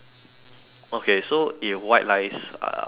okay so if white lies uh are wrong